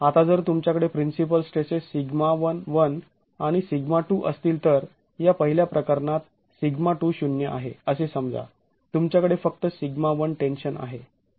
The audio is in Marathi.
आता जर तुमच्याकडे प्रिन्सिपल स्ट्रेसेस σ11 आणि σ2 असतील तर या पहिल्या प्रकरणात σ2 शून्य आहे असे समजा तुमच्याकडे फक्त σ1 टेन्शन आहे